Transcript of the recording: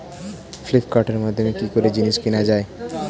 ফ্লিপকার্টের মাধ্যমে কি করে জিনিস কেনা যায়?